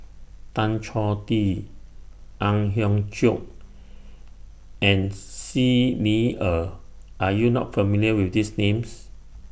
Tan Choh Tee Ang Hiong Chiok and Xi Ni Er Are YOU not familiar with These Names